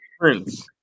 Prince